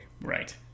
Right